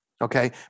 Okay